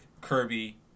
Kirby